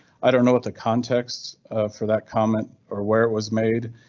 i don't know what the context for that comment or where it was made.